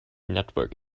network